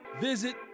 visit